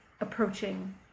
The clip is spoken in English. approaching